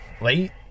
late